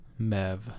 Mev